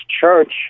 church